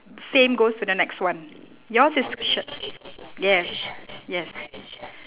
same goes to the next one yours is ch~ yes yes